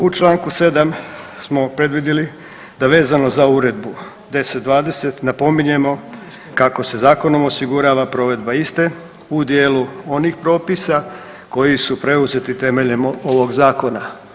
U čl. 7 smo predvidjeli da vezano za Uredbu 1020 napominjemo kako se zakonom osigurava provedba iste u dijelu onih propisa koji su preuzeti temeljem ovog Zakona.